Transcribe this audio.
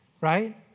right